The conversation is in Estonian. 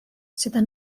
seda